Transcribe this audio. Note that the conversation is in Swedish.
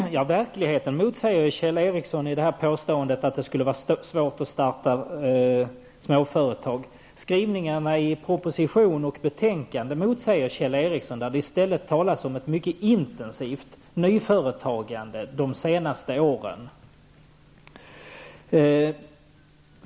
Herr talman! Verkligheten talar mot Kjell Ericssons påstående att det skulle vara svårt att starta småföretag. Skrivningarna i propositionen och i betänkandet motsäger Kjell Ericsson. Där talas i stället om mycket intensivt nyföretagande de senaste åren.